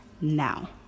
now